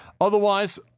Otherwise